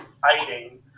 fighting